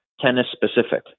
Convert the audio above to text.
tennis-specific